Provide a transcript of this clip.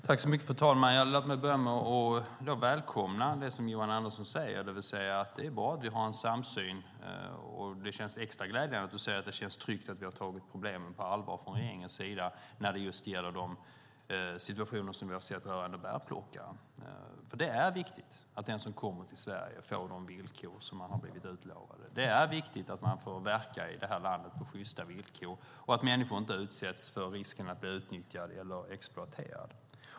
Fru talman! Låt mig börja med att välkomna det Johan Andersson säger, nämligen att det är bra att vi har en samsyn. Det känns extra glädjande att Johan Andersson anser att det är tryggt att regeringen har tagit problemen på allvar för bärplockarnas situation. Det är viktigt att de som kommer till Sverige får de villkor de har blivit utlovade. Det är viktigt att människor får verka i vårt land på sjysta villkor och att de inte utsätts för risken att bli utnyttjade eller exploaterade.